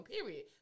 period